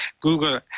Google